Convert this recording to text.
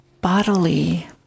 bodily